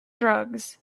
drugs